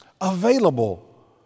available